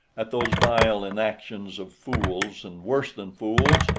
at those vile enactions of fools, and worse than fools,